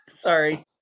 Sorry